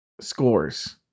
scores